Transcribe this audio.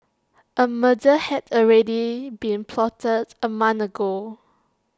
A murder had already been plotted A month ago